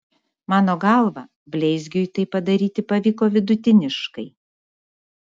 mano galva bleizgiui tai padaryti pavyko vidutiniškai